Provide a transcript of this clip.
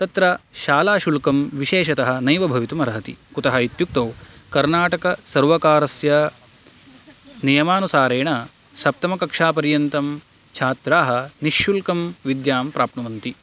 तत्र शालाशुल्कं विशेषतः नैव भवितुम् अर्हति कुतः इत्युक्तौ कर्नाटकसर्वकारस्य नियमानुसारेण सप्तमकक्षापर्यन्तं छात्राः निःशुल्कं विद्यां प्राप्नुवन्ति